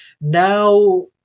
Now